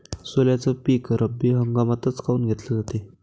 सोल्याचं पीक रब्बी हंगामातच काऊन घेतलं जाते?